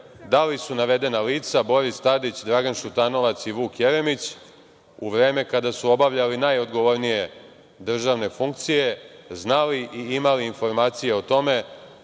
da li su navedena lica Boris Tadić, Dragan Šutanovac i Vuk Jeremić u vreme kada su obavljali najodgovornije državne funkcije znali i imali informacije o tome